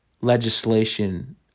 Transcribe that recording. legislation